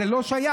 זה לא שייך.